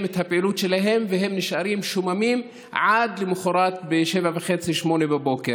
הפעילות שלהם והם נשארים שוממים עד למוחרת ב-08:00-07:30 בבוקר.